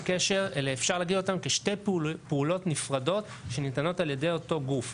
אפשר להגיד אותם כשתי פעולות נפרדות שניתנות על ידי אותו גוף.